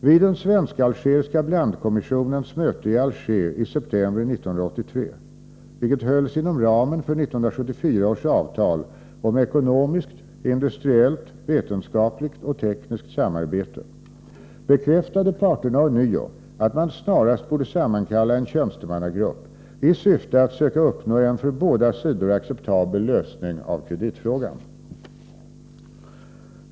Vid den svensk-algeriska blandkommissionens möte i Alger i september 1983 — vilket hölls inom ramen för 1974 års avtal om ekonomiskt, industriellt, vetenskapligt och tekniskt samarbete — bekräftade parterna ånyo att man snarast borde sammankalla en tjänstemannagrupp i syfte att söka uppnå en för båda sidor acceptabel lösning av kreditfrågan.